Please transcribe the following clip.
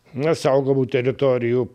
na saugomų teritorijų